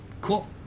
Cool